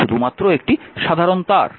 অর্থাৎ শুধুমাত্র একটি সাধারণ তার